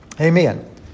Amen